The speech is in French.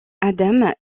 adam